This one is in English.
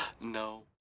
no